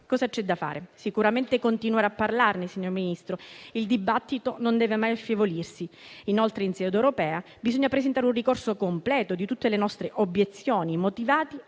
Cosa c'è da fare? Sicuramente continuare a parlarne, signor Ministro: il dibattito non deve mai affievolirsi. Inoltre, in sede europea bisogna presentare un ricorso completo di tutte le nostre obiezioni motivate,